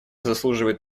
заслуживает